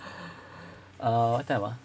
err what time ah